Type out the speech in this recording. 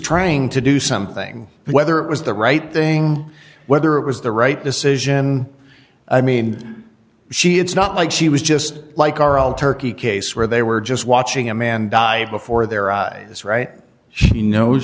trying to do something whether it was the right thing whether it was the right decision i mean she it's not like she was just like are all turkey case where they were just watching a man die before their eyes right she knows